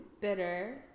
bitter